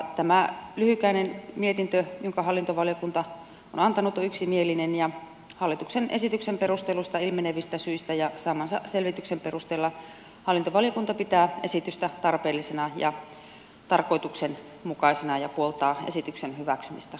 tämä lyhykäinen mietintö jonka hallintovaliokunta on antanut on yksimielinen ja hallituksen esityksen perusteluista ilmenevistä syistä ja saamansa selvityksen perusteella hallintovaliokunta pitää esitystä tarpeellisena ja tarkoituksenmukaisena ja puoltaa esityksen hyväksymistä muuttamattomana